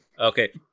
Okay